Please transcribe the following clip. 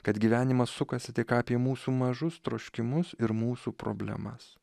kad gyvenimas sukasi tik apie mūsų mažus troškimus ir mūsų problemas